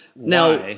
Now